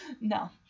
No